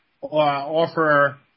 offer